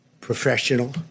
professional